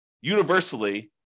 universally